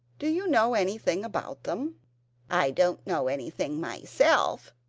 do you know anything about them i don't know anything myself,